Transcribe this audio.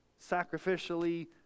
sacrificially